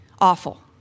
awful